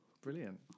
Brilliant